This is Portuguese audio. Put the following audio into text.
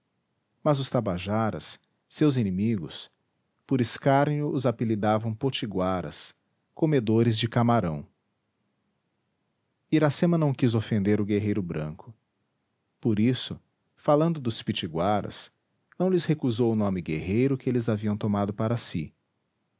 mas os tabajaras seus inimigos por escárnio os apelidavam potiguaras comedores de camarão iracema não quis ofender o guerreiro branco por isso falando dos pitiguaras não lhes recusou o nome guerreiro que eles haviam tomado para si